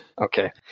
Okay